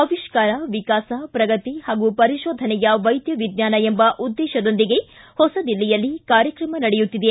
ಅವಿಷ್ಕಾರ ವಿಕಾಸ ಪ್ರಗತಿ ಹಾಗೂ ಪರಿಶೋಧನೆಯ ವೈದ್ಯ ವಿಜ್ಞಾನ ಎಂಬ ಉದ್ದೇಶದೊಂದಿಗೆ ಹೊಸದಿಲ್ಲಿಯಲ್ಲಿ ಕಾರ್ಯಕ್ರಮ ನಡೆಯುತ್ತಿದೆ